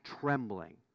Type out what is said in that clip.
trembling